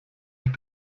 ich